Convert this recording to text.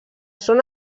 són